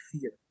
fear